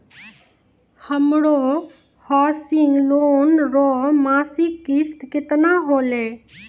हमरो housing loan रो मासिक किस्त केतना होलै?